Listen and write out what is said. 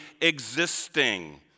existing